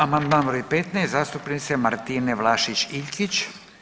Amandman broj 15 zastupnice Martine Vlašić Iljkić.